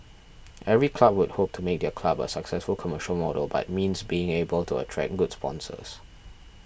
every club would hope to make their club a successful commercial model but means being able to attract good sponsors